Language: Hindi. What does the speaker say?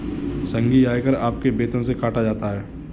संघीय आयकर आपके वेतन से काटा जाता हैं